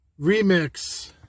Remix